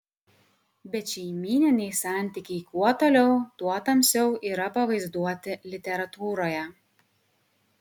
bet šeimyniniai santykiai kuo toliau tuo tamsiau yra pavaizduoti literatūroje